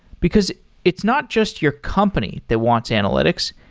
because it's not just your company that wants analytics,